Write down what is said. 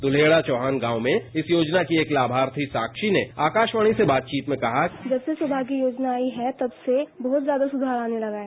दल्लेंडा चौहान गांव में इस योजना की एक लामार्थी साक्षी ने आकाशवाणी से बातचीत में कहा बाइट सानी जब से सौमाग्य योजना आई है तब से बहत ज्यादा सुधार आने लगा है